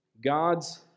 God's